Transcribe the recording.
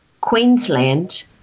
Queensland